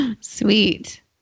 Sweet